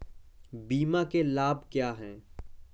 बीमा के लाभ क्या हैं?